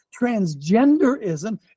transgenderism